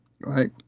right